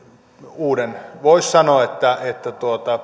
voisi sanoa